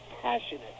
passionate